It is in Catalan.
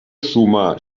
sumar